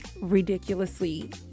ridiculously